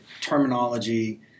terminology